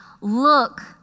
look